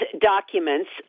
documents